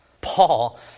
Paul